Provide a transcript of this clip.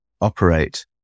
operate